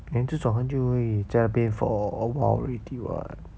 then 这种就会在那边 for awhile already [what]